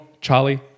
Charlie